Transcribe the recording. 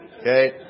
Okay